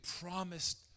promised